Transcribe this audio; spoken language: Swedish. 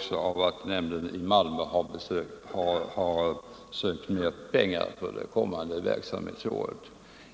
besvärsnämnden i Malmö har ansökt om mer pengar för det kommande verksamhetsåret.